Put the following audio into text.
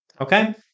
Okay